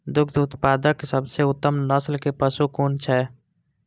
दुग्ध उत्पादक सबसे उत्तम नस्ल के पशु कुन छै?